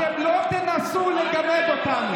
אתם לא תנסו לגמד אותנו.